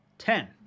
Ten